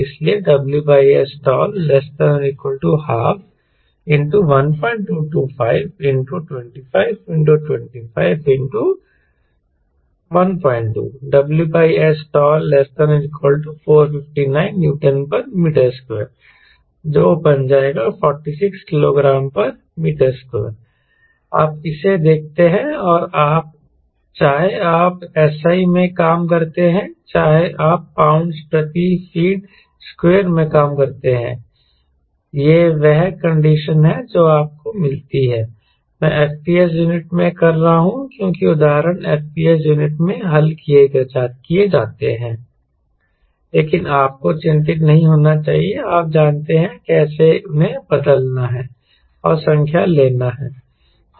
इसलिए WSstall≤ 12 1225252512 WSstall≤ 459 Nm2 46 kgm2 आप इसे देखते हैं और चाहे आप SI में काम करते हैं चाहे आप पाउंड प्रति फीट स्क्वायर में काम करते हैं यह वह कंडीशन है जो आपको मिलती है मैं FPS यूनिट में कर रहा हूं क्योंकि उदाहरण FPS यूनिट में हल किए जाते हैं लेकिन आपको चिंतित नहीं होना चाहिए आप जानते हैं कैसे उन्हें बदलना है और संख्या लेना है